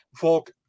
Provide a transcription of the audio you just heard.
Volk